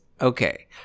Okay